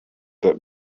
but